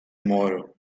moro